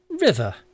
River